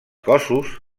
cossos